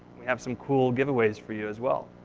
we have some cool giveaways for you as well.